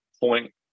point